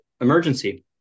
emergency